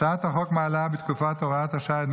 הצעת החוק מעלה בתקופת הוראת השעה את דמי